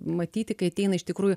matyti kai ateina iš tikrųjų